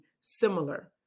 similar